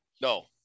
No